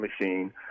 machine